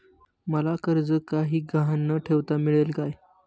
मला कर्ज काही गहाण न ठेवता मिळेल काय?